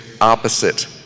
opposite